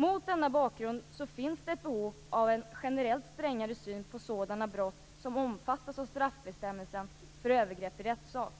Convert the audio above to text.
Mot denna bakgrund finns det ett behov av en generellt strängare syn på sådana brott som omfattas av straffbestämmelsen för övergrepp i rättssak.